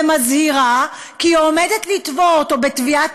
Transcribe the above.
ומזהירה כי היא עומדת לתבוע אותו בתביעת